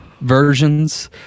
versions